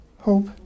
hope